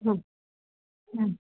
हाँ